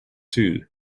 too